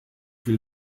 will